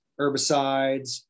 herbicides